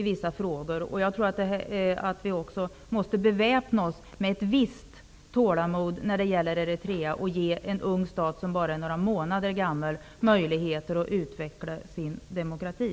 Vi måste beväpna oss med ett visst tålamod när det gäller Eritrea och ge en ung stat som bara är några månader gammal möjligheter att utveckla sin demokrati.